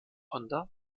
honda